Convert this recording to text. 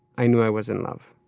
i knew i was in love.